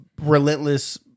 relentless